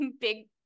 big